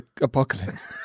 apocalypse